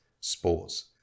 sports